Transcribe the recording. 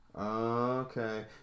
Okay